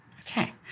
Okay